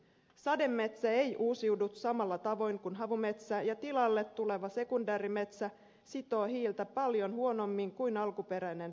sademetsä ei uusiudu samalla tavoin kuin havumetsä ja tilalle tuleva sekundaarimetsä sitoo hiiltä paljon huonommin kuin alkuperäinen sademetsä